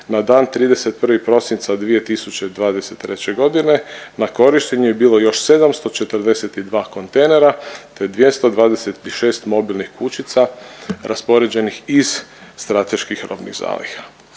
na dan 31. prosinca 2023.g. na korištenju je bilo još 742 kontejnera te 226 mobilnih kućica raspoređenih iz strateških robnih zaliha.